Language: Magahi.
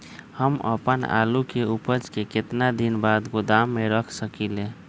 हम अपन आलू के ऊपज के केतना दिन बाद गोदाम में रख सकींले?